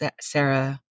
Sarah